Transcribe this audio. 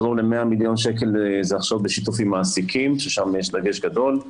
קרוב ל-100 מיליון שקל זה הכשרות בשיתוף עם מעסיקים ששם יש דגש גדול,